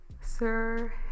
sir